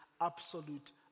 absolute